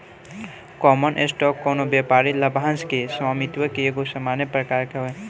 common stock कवनो व्यापारिक लाभांश के स्वामित्व के एगो सामान्य प्रकार हवे